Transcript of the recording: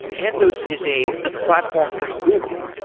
anthos is a platform from google.